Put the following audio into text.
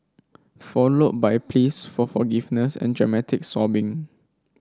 followed by pleas for forgiveness and dramatic sobbing